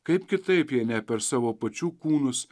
kaip kitaip jei ne per savo pačių kūnus